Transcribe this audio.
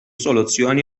soluzzjoni